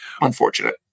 unfortunate